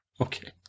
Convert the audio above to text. Okay